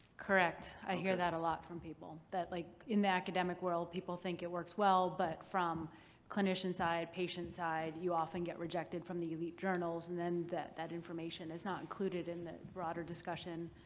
correct. okay. i hear that a lot from people that like in the academic world people think it works well, but from clinician side, patient side you often get rejected from the elite journals and then that that information is not included in the broader discussion,